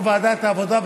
את ויו"ר ועדת העבודה,